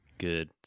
good